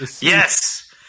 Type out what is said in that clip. Yes